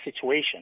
situation